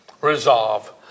resolve